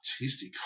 tasty